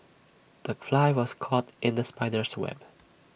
the fly was caught in the spider's web